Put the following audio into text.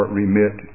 remit